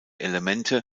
elemente